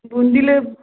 ବୁନ୍ଦି